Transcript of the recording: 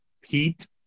Pete